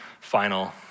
final